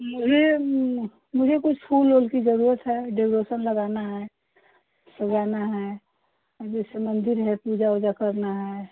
मुझे मु मुझे कुछ फूल उल की ज़रूरत है डेकोरेसन लगाना है सजाना है जैसे मंदिर है पूजा उजा करनी है